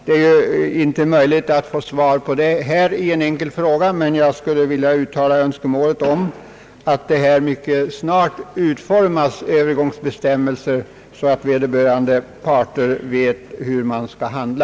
Det är ju inte möjligt att få svar härpå på alla punkter i en enkel fråga, men jag skulle vilja uttala önskemålet om att övergångsbestämmelserna mycket snart utformas så att vederbörande parter vet hur de skall handla.